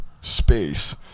space